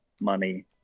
money